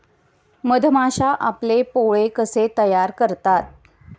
मधमाश्या आपले पोळे कसे तयार करतात?